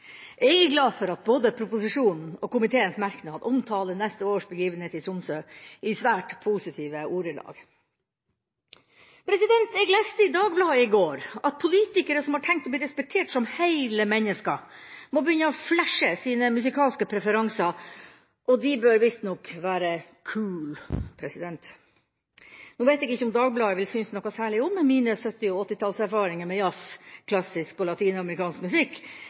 Jeg er glad for at både proposisjonen og komiteens merknad omtaler neste års begivenhet i Tromsø i svært positive ordelag. Jeg leste i Dagbladet i går at politikere som har tenkt å bli respektert som hele mennesker, må begynne å flashe sine musikalske preferanser – og de bør visstnok være cool. Nå vet jeg ikke om Dagbladet vil synes noe særlig om mine 1970- og 1980-tallserfaringer med jazz, klassisk musikk og latinamerikansk musikk,